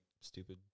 stupid